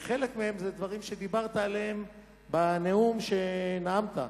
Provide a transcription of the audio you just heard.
חלקם דברים שדיברת עליהם בנאום שנאמת.